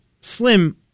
Slim